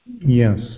yes